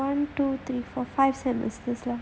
two three four five semester lor